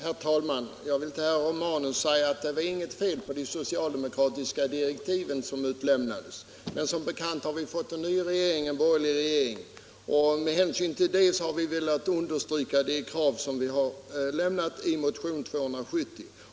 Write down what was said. Herr talman! Jag vill till herr Romanus säga att det var inget fel på de socialdemokratiska direktiv som utlämnades. Men som bekant har vi fått en ny regering, en borgerlig regering, och med hänsyn till det har vi velat understryka de krav som vi framfört i motionen 270.